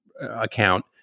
account